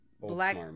Black